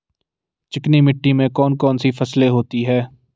चिकनी मिट्टी में कौन कौन सी फसलें होती हैं?